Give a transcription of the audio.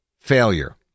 failure